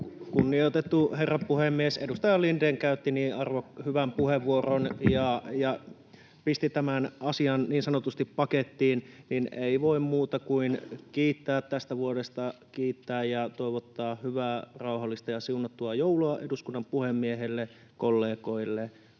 Kunnioitettu herra puhemies! Edustaja Lindén käytti niin hyvän puheenvuoron ja pisti tämän asian niin sanotusti pakettiin, että ei voi muuta kuin kiittää tästä vuodesta, kiittää ja toivottaa hyvää, rauhallista ja siunattua joulua eduskunnan puhemiehelle, kollegoille,